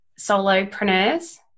solopreneurs